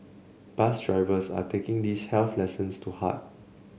bus drivers are taking these health lessons to heart